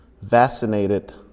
vaccinated